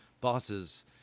bosses